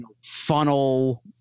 Funnel